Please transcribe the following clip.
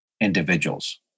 individuals